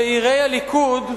צעירי הליכוד,